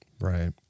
Right